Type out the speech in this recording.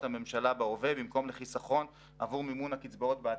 הממשלה בהווה במקום לחיסכון עבור מימון הקצבאות בעתיד.